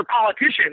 politicians